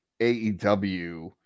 aew